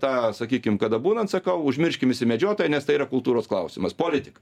tą sakykim kada būnat sakau užmirškim visi medžiotojai nes tai yra kultūros klausimas politika